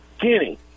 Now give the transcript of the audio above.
Kenny